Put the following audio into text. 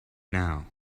now